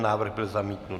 Návrh byl zamítnut.